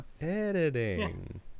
Editing